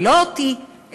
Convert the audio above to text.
ולא אותי,